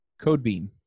CodeBeam